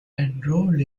enrolled